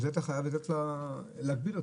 את זה אתה חייב להגביל אותה.